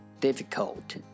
Difficult